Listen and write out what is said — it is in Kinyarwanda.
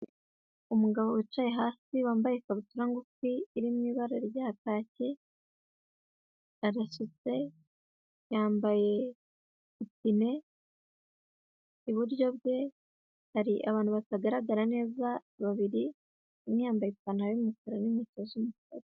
Umugabo wicaye hasi wambaye ikabutura ngufi iri mu ibara rya kake, arasutse yambaye ipine, iburyo bwe hari abantu batagaragara neza babiri, umwe yambaye ipantaro y'umukara n'inkweto z'umukara.